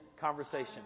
conversation